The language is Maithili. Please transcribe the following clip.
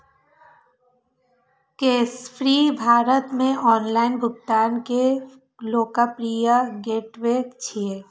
कैशफ्री भारत मे ऑनलाइन भुगतान के लोकप्रिय गेटवे छियै